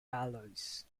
alloys